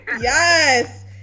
Yes